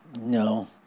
No